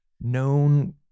known